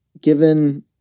given